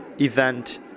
event